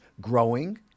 growing